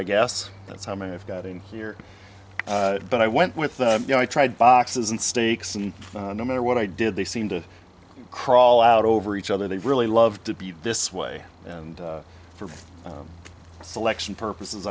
i guess that's how many i've got in here but i went with you know i tried boxes and steaks and no matter what i did they seem to crawl out over each other they really love to be this way and for selection purposes